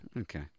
Okay